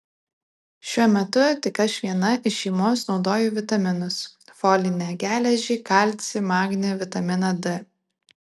šiuo metu tik aš viena iš šeimos naudoju vitaminus folinę geležį kalcį magnį vitaminą d